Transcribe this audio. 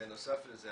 בנוסף לזה,